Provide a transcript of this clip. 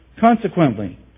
Consequently